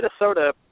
Minnesota